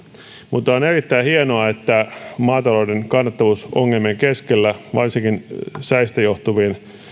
mutta on erittäin hienoa että maatalouden kannattavuusongelmien keskellä varsinkin säistä johtuviin